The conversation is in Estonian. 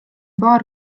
paar